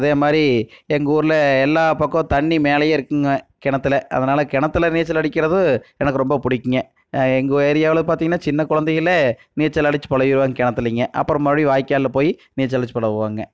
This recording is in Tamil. அதே மாதிரி எங்கூரில் எல்லா பக்கம் தண்ணி மேலேயே இருக்குதுங்க கிணத்தில் அதனால் கிணத்தில் நீச்சல் அடிக்கிறது எனக்கு ரொம்ப பிடிக்குங்க எங்கள் ஏரியாவில் பார்த்தீங்கன்னா சின்ன குழந்தையில நீச்சல் அடித்து பழகிடுவாங்க கிணத்துலிங்க அப்புறம் மறுப்டி வாய்க்காலில் போய் நீச்சல் அடித்து பழகுவாங்க